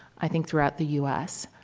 i think throughout the u s,